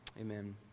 amen